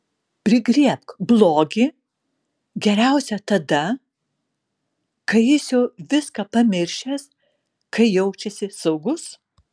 prigriebk blogį geriausia tada kai jis jau viską pamiršęs kai jaučiasi saugus